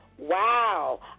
Wow